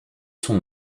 sont